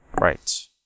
Right